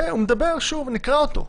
מה תעשה, תסגור --- נקרא אותו: